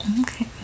okay